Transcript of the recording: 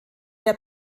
der